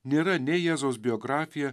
nėra nei jėzaus biografija